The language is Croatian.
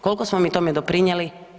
Koliko smo mi tome doprinijeli?